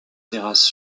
terrasses